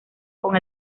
con